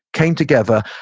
came together,